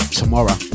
tomorrow